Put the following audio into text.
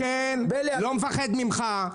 בטח שאתה לא חוזר --- אני לא מפחד ממך.